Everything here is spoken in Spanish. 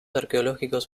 arqueológicos